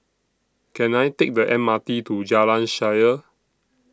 Can I Take The M R T to Jalan Shaer